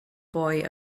boy